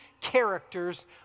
characters